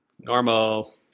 Normal